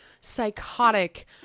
psychotic